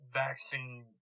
vaccine